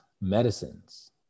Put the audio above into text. medicines